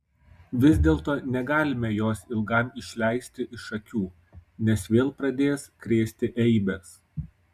vis dėlto negalime jos ilgam išleisti iš akių nes vėl pradės krėsti eibes